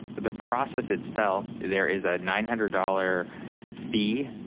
the process itself, there is a nine hundred dollars fee,